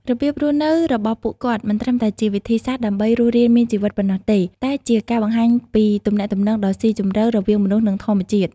របៀបរស់នៅរបស់ពួកគាត់មិនត្រឹមតែជាវិធីសាស្រ្តដើម្បីរស់រានមានជីវិតប៉ុណ្ណោះទេ តែជាការបង្ហាញពីទំនាក់ទំនងដ៏ស៊ីជម្រៅរវាងមនុស្ស និងធម្មជាតិ។